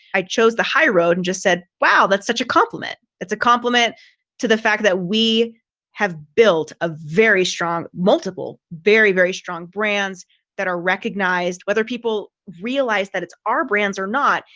i chose the high road and just said, wow, that's such a compliment. it's a compliment to the fact that we have built a very strong multiple, very, very strong brands that are recognized whether people realize that it's our brands or not,